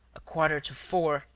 a quarter to four,